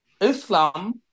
Islam